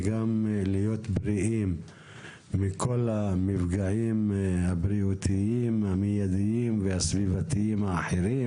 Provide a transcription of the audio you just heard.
וגם להיות בריאים מכל המפגעים הבריאותיים המיידיים והסביבתיים האחרים,